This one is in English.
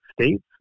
states